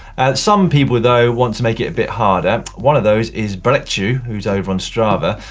some people though want to make it a bit harder. one of those is berritxu, who's over on strava,